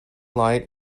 light